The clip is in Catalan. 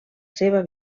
seva